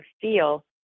feel